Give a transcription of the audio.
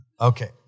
Okay